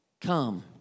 Come